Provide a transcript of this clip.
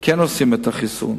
כן עושים את החיסון,